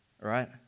Right